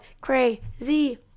crazy